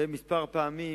וכמה פעמים